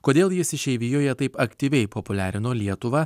kodėl jis išeivijoje taip aktyviai populiarino lietuvą